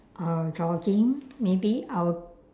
uh jogging maybe I will